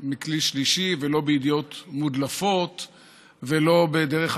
בעיניי, ואני מאוד מכבד, אפילו מחבב,